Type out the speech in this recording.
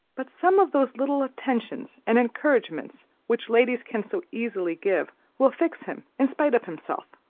but some of those little attentions and encouragements which ladies can so easily give will fix him, in spite of himself.